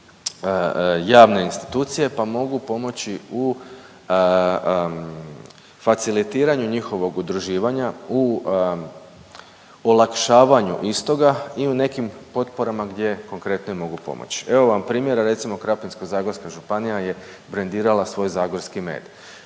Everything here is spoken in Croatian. javne institucije? Pa mogu pomoći u facilitiranju njihovog udruživanja u olakšavanju istoga i u nekim potporama gdje konkretno im mogu pomoći. Evo vam primjera, recimo Krapinsko-zagorska županija je brendirala svoj zagorski med,